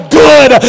good